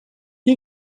who